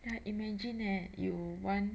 ya imagine eh you want